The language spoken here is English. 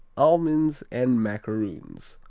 almonds and macaroons.